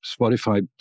Spotify